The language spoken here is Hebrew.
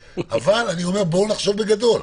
אבל אני אומר בואו נחשוב בגדול.